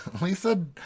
Lisa